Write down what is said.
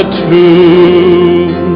tomb